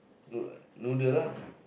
noo~ noodle lah